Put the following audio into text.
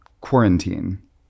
quarantine